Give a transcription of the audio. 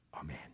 Amen